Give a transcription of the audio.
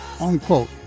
unquote